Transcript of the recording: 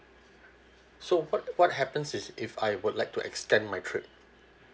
so what what happens is if I would like to extend my trip